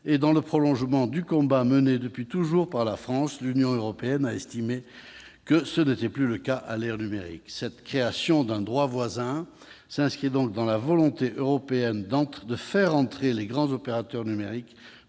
! Dans le prolongement du combat mené depuis toujours par la France, l'Union européenne a estimé que ce n'était plus le cas à l'ère numérique. Cette création d'un droit voisin s'inscrit dans la volonté européenne de faire entrer les grands opérateurs numériques,